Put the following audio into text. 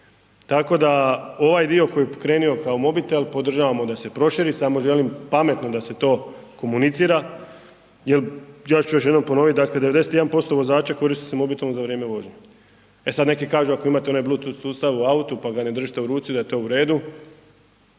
Tako da, ovaj dio koji je pokrenuo kao mobitel, podržavamo da se proširi, samo želim pametno da se to komunicira jer, ja ću još jednom ponoviti, dakle 91% vozača koristi se mobitelom za vrijeme vožnje. E sad, neki kažu ako imate onaj bluetooth sustav u autu pa ga ne držite u ruci, da je to u redu,